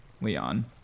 Leon